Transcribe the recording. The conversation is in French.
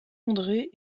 andré